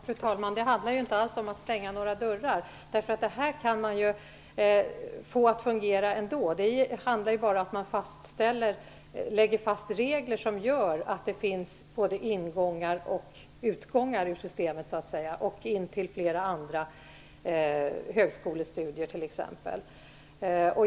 Fru talman! Det handlar inte alls om att stänga några dörrar. Man kan få det här att fungera ändå. Det handlar bara om att fastställa regler som gör att det finns både ingångar och utgångar ur systemet och till flera andra högskolestudier.